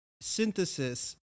Synthesis